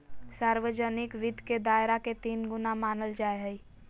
सार्वजनिक वित्त के दायरा के तीन गुना मानल जाय हइ